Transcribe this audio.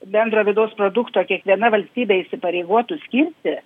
bendro vidaus produkto kiekviena valstybė įsipareigotų skirti